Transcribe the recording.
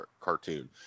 cartoon